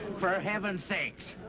for heaven's sakes!